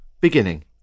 Beginning